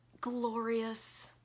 glorious